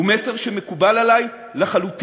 הוא מסר שמקובל עלי לחלוטין.